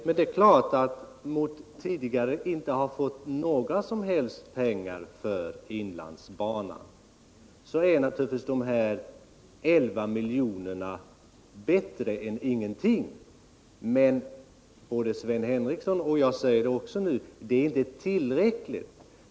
Jämfört med att man tidigare inte fått några pengar alls till inlandsbanan är naturligtvis dessa 11 miljonerna bättre än ingenting. Men både Sven Henricsson och jag anser att detta inte är tillräckligt.